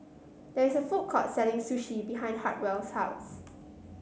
there is a food court selling Sushi behind Hartwell's house